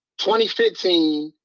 2015